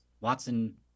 Watson